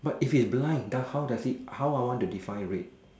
but if he's blind then how does it how I want to define red